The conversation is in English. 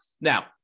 Now